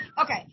Okay